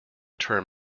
term